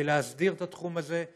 להסדיר את התחום הזה,